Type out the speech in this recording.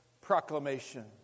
proclamation